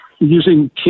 Using